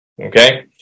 Okay